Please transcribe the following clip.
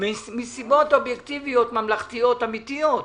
מסיבות אובייקטיביות ממלכתיות אמיתיות.